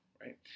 right